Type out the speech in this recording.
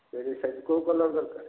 ତିରିଶ ସାଇଜ୍ କେଉଁ କଲର୍ ଦରକାର